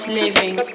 living